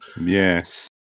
Yes